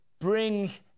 brings